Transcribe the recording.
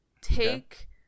take